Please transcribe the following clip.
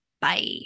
Bye